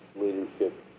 leadership